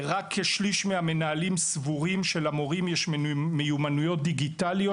רק כשליש מהמנהלים סבורים שלמורים יש מיומנויות דיגיטליות